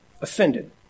Offended